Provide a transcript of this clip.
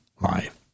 life